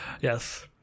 Yes